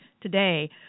today